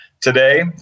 today